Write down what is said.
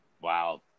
wow